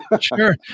sure